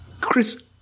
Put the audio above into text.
Chris